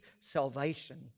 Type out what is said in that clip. salvation